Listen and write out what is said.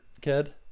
kid